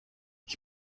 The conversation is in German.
ich